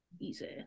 easy